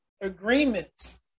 agreements